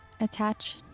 attach